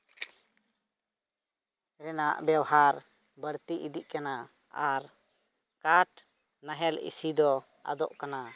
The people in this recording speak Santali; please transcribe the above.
ᱨᱮᱱᱟᱜ ᱵᱮᱣᱦᱟᱨ ᱵᱟᱹᱲᱛᱤ ᱤᱫᱤᱜ ᱠᱟᱱᱟ ᱟᱨ ᱠᱟᱴ ᱱᱟᱦᱮᱞ ᱤᱥᱤ ᱫᱚ ᱟᱫᱚᱜ ᱠᱟᱱᱟ